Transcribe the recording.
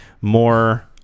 more